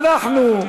אנחנו,